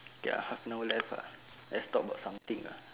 okay ah have no left ah let's talk about something ah